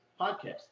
podcast